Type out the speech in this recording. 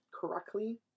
correctly